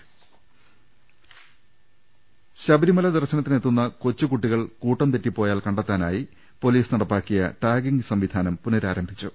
രുട്ടിട്ട്ട്ട്ട്ട്ട്ട്ട ശബരിമല ദർശനത്തിനെത്തുന്ന കൊച്ചുകുട്ടികൾ കൂട്ടം തെറ്റിപ്പോയാൽ കണ്ടെത്താനായി പൊലീസ് നടപ്പാക്കിയ ടാഗിങ് സംവിധാനം പുനരാരംഭി ച്ചു